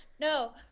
No